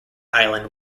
island